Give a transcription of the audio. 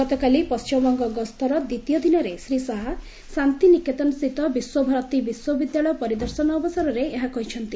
ଗତକାଲି ପଶ୍ଚିମବଙ୍ଗ ଗସ୍ତର ଦ୍ୱିତୀୟ ଦିନରେ ଶ୍ରୀ ଶାହା ଶାନ୍ତି ନିକେତନ ସ୍ଥିତ ବିଶ୍ୱଭାରତୀ ବିଶ୍ୱବିଦ୍ୟାଳୟ ପରିଦର୍ଶନ ଅବସରରେ ଏହା କହିଛନ୍ତି